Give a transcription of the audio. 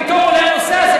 פתאום עולה הנושא הזה,